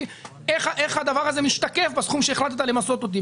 איך הדבר הזה משתקף בסכום שהחלטת למסות אותי,